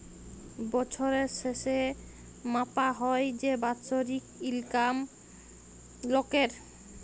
বছরের শেসে মাপা হ্যয় যে বাৎসরিক ইলকাম লকের